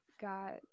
got